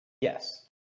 Yes